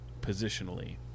positionally